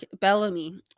Bellamy